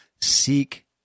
seek